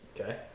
Okay